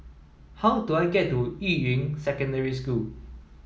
how do I get to Yuying Secondary School